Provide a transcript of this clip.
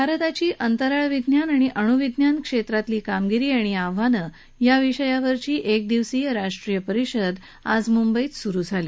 भारताची अंतराळ विज्ञान आणि अण्विज्ञान क्षेत्रातली कामगिरी आणि आव्हान या विषयावरची एकदिवसीय राष्ट्रीय परिषद आज मुंबईत सुरु आहे